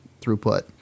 throughput